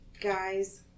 guys